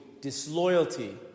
Disloyalty